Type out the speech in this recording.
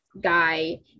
guy